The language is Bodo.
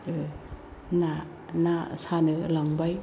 ना ना सानो लांबाय